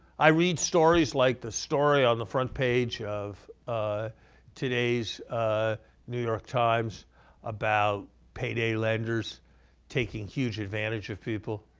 i read stories like the story on the front page of ah today's ah new york times about payday lenders taking huge advantage of people.